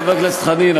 חבר הכנסת חנין,